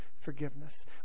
forgiveness